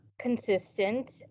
consistent